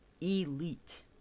elite